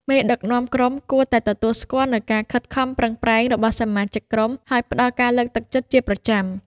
មេដឹកនាំក្រុមគួរតែទទួលស្គាល់នូវការខិតខំប្រឹងប្រែងរបស់សមាជិកក្រុម ហើយផ្ដល់ការលើកទឹកចិត្តជាប្រចាំ។